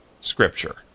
Scripture